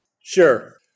Sure